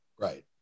Right